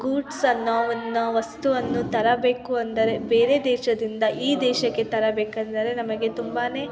ಗೂಡ್ಸನ್ನು ವನ್ನ ವಸ್ತುವನ್ನು ತರಬೇಕು ಅಂದರೆ ಬೇರೆ ದೇಶದಿಂದ ಈ ದೇಶಕ್ಕೆ ತರಬೇಕಂದರೆ ನಮಗೆ ತುಂಬಾ